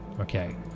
Okay